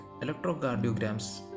electrocardiograms